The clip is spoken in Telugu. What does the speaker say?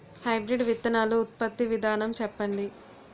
హైబ్రిడ్ విత్తనాలు ఉత్పత్తి విధానం చెప్పండి?